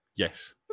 Yes